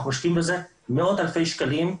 ואנחנו משקיעים בזה מאות אלפי שקלים,